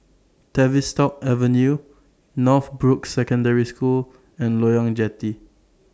Tavistock Avenue Northbrooks Secondary School and Loyang Jetty